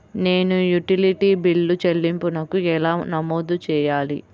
నేను utility bill చెల్లింపులను ఎలా నమోదు చేయాలి?